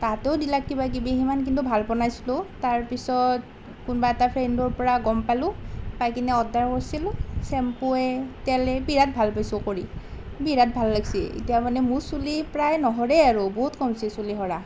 তাঁহাতেও দিলে কিবা কিবি সিমান কিন্তু ভাল পোৱা নাছিলোঁ তাৰপিছত কোনোবা এটা ফ্ৰেণ্ডৰ পৰা গম পালোঁ পাই কিনে অৰ্ডাৰ কৰিছিলোঁ ছেম্পুৱে তেলে বিৰাট ভাল পাইছোঁ কৰি বিৰাট ভাল লাগিছে এতিয়া মানে মোৰ চুলি প্ৰায় নসৰেই আৰু বহুত কম হৈছে চুলি সৰা